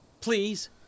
Please